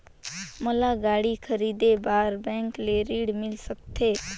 मोला गाड़ी खरीदे बार बैंक ले ऋण मिल सकथे?